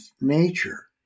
nature